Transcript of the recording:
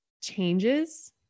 changes